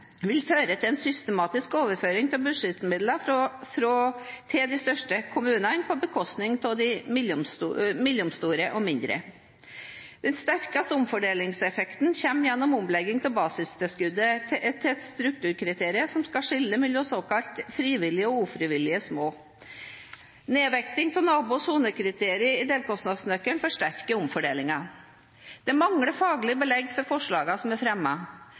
vil føre til en systematisk overføring av budsjettmidler til de største kommunene på bekostning av mellomstore og mindre kommuner. Den sterkeste omfordelingseffekten kommer gjennom omlegging av basistilskuddet til et strukturkriterium som skal skille mellom såkalt frivillige små og ufrivillige små kommuner. Nedvekting av nabo- og sonekriterier i delkostnadsnøklene forsterker omfordelingseffekten. Det mangler faglig belegg for forslagene som er